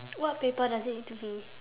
what paper does it need to be